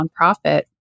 nonprofit